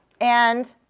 and